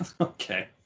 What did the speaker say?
Okay